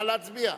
נא להצביע,